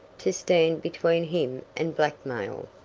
to stand between him and blackmail.